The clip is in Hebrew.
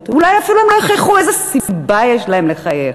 אולי הם אפילו לא יחייכו, איזו סיבה יש להם לחייך?